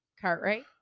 Cartwright